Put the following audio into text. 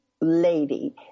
Lady